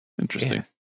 interesting